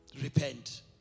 repent